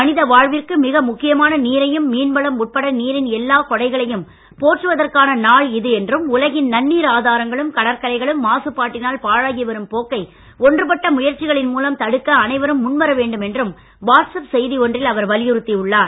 மனித வாழ்விற்கு மிக முக்கியமான நீரையும் மீன்வளம் உட்பட நீரின் எல்லாக் கொடைகளையும் போற்றுவதற்கான நாள் இது என்றும் உலகின் நன்னீர் ஆதாரங்களும் கடற்கரைகளும் மாசுபாட்டினால் பாழாகி வரும் போக்கை ஒன்றுபட்ட முயற்சிகள் மூலம் தடுக்க அனைவரும் முன் வர வேண்டும் என்றும் வாட்ஸ் ஆப் செய்தி ஒன்றில் அவர் வலியுறுத்தி உள்ளார்